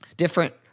different